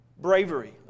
Bravery